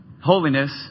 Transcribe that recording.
holiness